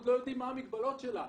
עוד לא יודעים מה המגבלות שלהם.